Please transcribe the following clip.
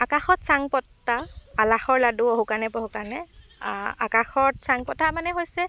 আকাশত চাং পতা আলাসৰ লাডু অহু কাণে পহু কাণে আকাশত চাং পতা মানে হৈছে